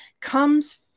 comes